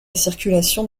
circulation